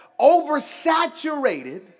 oversaturated